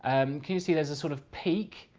um can you see there's a sort of peak,